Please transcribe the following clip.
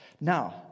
Now